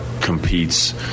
competes